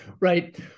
Right